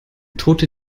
tote